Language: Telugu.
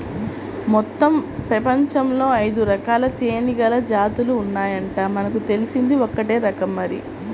మొత్తం పెపంచంలో ఐదురకాల తేనీగల జాతులు ఉన్నాయంట, మనకు తెలిసింది ఒక్కటే రకం మరి